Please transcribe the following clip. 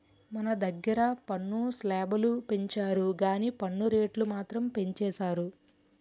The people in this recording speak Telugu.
మన దగ్గిర పన్ను స్లేబులు పెంచరు గానీ పన్ను రేట్లు మాత్రం పెంచేసారు